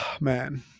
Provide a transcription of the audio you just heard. Man